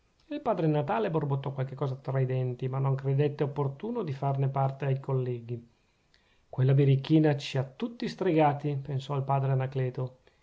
il padre natale borbottò qualche cosa tra i denti ma non credette opportuno di farne parte ai colleghi quella birichina ci ha tutti stregati pensò il padre anacleto